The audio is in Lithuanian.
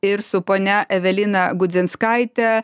ir su ponia evelina gudzinskaite